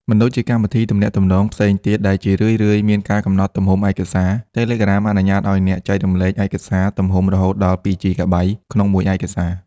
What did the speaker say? មិនដូចកម្មវិធីទំនាក់ទំនងផ្សេងទៀតដែលជារឿយៗមានការកំណត់ទំហំឯកសារ Telegram អនុញ្ញាតឱ្យអ្នកចែករំលែកឯកសារទំហំរហូតដល់ 2 ជីកាបៃ ក្នុងមួយឯកសារ។